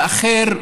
ולהכיר באחר,